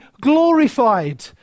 glorified